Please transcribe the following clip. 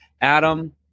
Adam